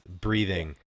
breathing